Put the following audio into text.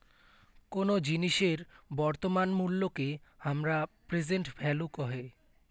কোন জিনিসের বর্তমান মুল্যকে হামরা প্রেসেন্ট ভ্যালু কহে